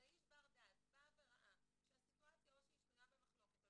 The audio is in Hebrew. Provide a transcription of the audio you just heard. ואיש בר דעת רואה שהסיטואציה שנויה במחלוקת או